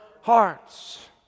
hearts